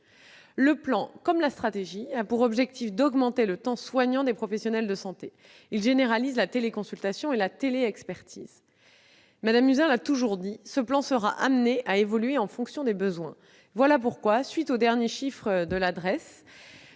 Le plan comme la stratégie ont pour objectif d'augmenter le temps soignant des professionnels de santé ; ils généralisent la téléconsultation et la téléexpertise. Mme Buzyn l'a toujours dit : ce plan sera amené à évoluer en fonction des besoins. Voilà pourquoi, à la suite des derniers chiffres de la